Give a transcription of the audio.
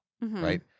right